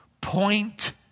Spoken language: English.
point